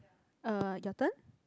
uh your turn